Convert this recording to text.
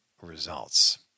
results